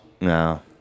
No